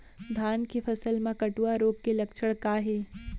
धान के फसल मा कटुआ रोग के लक्षण का हे?